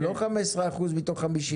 לא 15% מתוך 50?